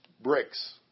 Bricks